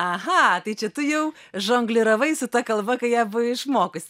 aha tai čia tu jau žongliravai su ta kalba kai ją išmokusi